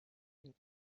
and